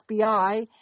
FBI